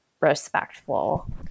respectful